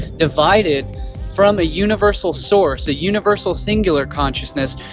divided from a universal source, a universal singular consciousness,